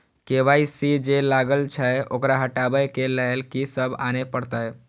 KYC जे लागल छै ओकरा हटाबै के लैल की सब आने परतै?